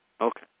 Okay